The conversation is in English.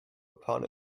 upon